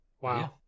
wow